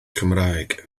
cymraeg